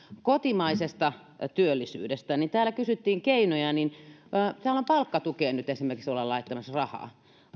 kotimaisesta työllisyydestä niin täällä kysyttiin keinoja täällä palkkatukeen nyt esimerkiksi ollaan laittamassa rahaa